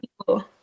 people